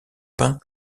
pins